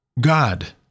God